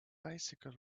bicycle